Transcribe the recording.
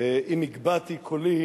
אם הגבהתי קולי,